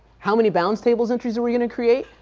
how many bounds tables entries are we going to create?